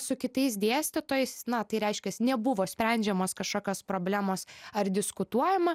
su kitais dėstytojais na tai reiškias nebuvo sprendžiamos kašokios problemos ar diskutuojama